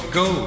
go